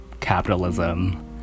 capitalism